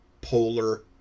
polar